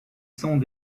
sons